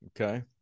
Okay